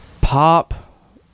Pop